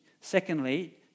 Secondly